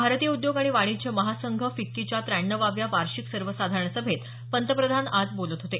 भारतीय उद्योग आणि वाणिज्य महासंघ फिक्कीच्या त्याण्णवाव्या वार्षिक सर्वसाधारण सभेत पंतप्रधान आज बोलत होते